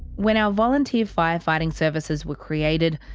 when our volunteer firefighting services were created,